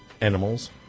Animals